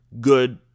good